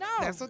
No